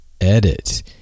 edit